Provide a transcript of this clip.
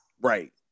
Right